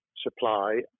supply